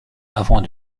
avant